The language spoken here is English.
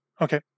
Okay